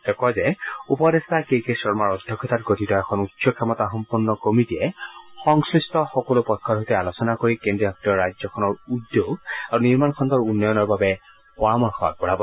তেওঁ কয় যে উপদেষ্টা কে কে শৰ্মাৰ অধ্যক্ষতাত গঠিত এখন উচ্চ ক্ষমতাসম্পন্ন কমিটীয়ে সংশ্লিষ্ট সকলো পক্ষৰ সৈতে আলোচনা কৰি কেন্দ্ৰীয়শাসিত ৰাজ্যখনৰ উদ্যোগ আৰু নিৰ্মাণ খণ্ডৰ উন্নয়নৰ বাবে পৰামৰ্শ আগবঢ়াব